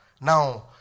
Now